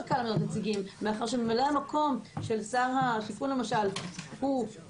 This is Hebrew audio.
קל למנות נציגים מאחר שממלא המקום של שר השיכון למשל הוא/היא,